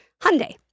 Hyundai